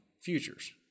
futures